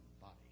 body